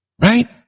Right